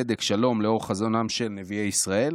הצדק והשלום לאור חזונם של נביאי ישראל,